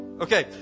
Okay